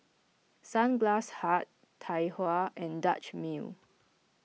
Sunglass Hut Tai Hua and Dutch Mill